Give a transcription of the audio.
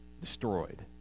destroyed